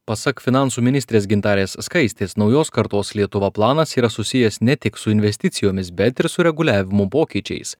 pasak finansų ministrės gintarė skaistės naujos kartos lietuva planas yra susijęs ne tik su investicijomis bet ir su reguliavimo pokyčiais